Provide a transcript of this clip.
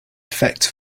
effects